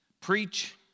preach